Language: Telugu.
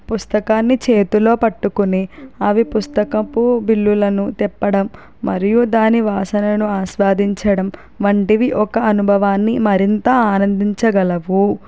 పుస్తకాన్ని చేతిలో పట్టుకుని అవి పుస్తకపు బిల్లు లను తెప్పడం మరియు దాని వాసనను ఆస్వాదించడం వంటివి ఒక అనుభవాన్ని మరింత ఆనందించగలవు